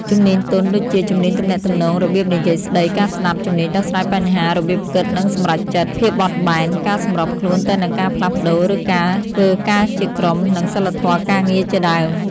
ជំនាញទន់ ដូចជា ជំនាញទំនាក់ទំនង របៀបនិយាយស្ដី ការស្ដាប់ ជំនាញដោះស្រាយបញ្ហា របៀបគិត និងសម្រេចចិត្ត ភាពបត់បែន ការសម្របខ្លួនទៅនឹងការផ្លាស់ប្ដូរ ឬ ការធ្វើការជាក្រុម និងសីលធម៌ការងារជាដើម។